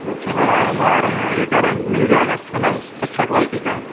अच्छा हाँ हाँ हम आ रहे हैं ये कह रहे हैं मिल जाएगा अच्छा ना अच्छा क्वालिटी का